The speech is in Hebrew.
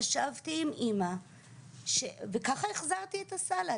ישבתי עם אמא וככה החזרתי את הסל"ע,